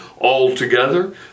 altogether